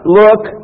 look